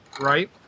right